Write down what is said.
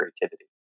creativity